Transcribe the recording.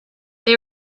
they